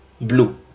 blue